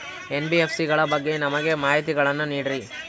NBFC ಗಳ ಬಗ್ಗೆ ನಮಗೆ ಮಾಹಿತಿಗಳನ್ನ ನೀಡ್ರಿ?